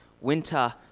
winter